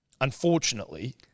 unfortunately